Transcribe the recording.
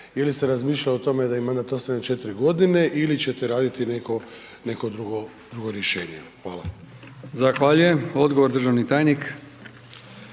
Ili ste razmišljali o tome da im mandat ostane 4 godine ili ćete raditi neko drugo rješenje? Hvala. **Brkić, Milijan (HDZ)** Zahvaljujem. Odgovor, državni tajnik.